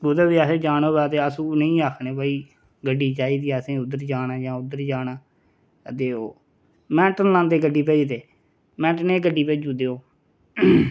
कुतै बी असें जाना होवे ते अस उनेंगी आखने भाई गड्डी चाही दी असें उद्धर जाना जां उद्धर जाना ते ओह् मैंट नी लांदे गड्डी भेजदे मैंट नी गड्डी भेजू उड़दे ओह्